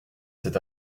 cet